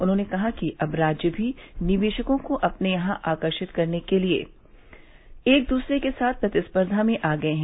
उन्होंने कहा कि अब राज्य भी निवेशकों को अपने यहां आकर्षित करने के लिए एक दूसरे के साथ प्रतिस्पर्द्धा में आ गये हैं